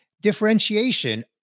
differentiation